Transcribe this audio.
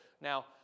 Now